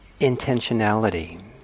intentionality